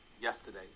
yesterday